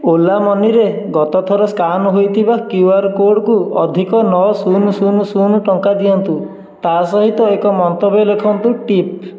ଓଲା ମନିରେ ଗତ ଥର ସ୍କାନ୍ ହୋଇଥିବା କ୍ୟୁ ଆର୍ କୋଡ଼୍କୁ ଅଧିକ ନଅ ଶୂନ ଶୂନ ଶୂନ ଟଙ୍କା ଦିଅନ୍ତୁ ତା'ସହିତ ଏକ ମନ୍ତବ୍ୟ ଲେଖନ୍ତୁ ଟିପ୍